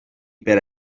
per